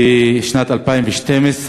בשנת 2012,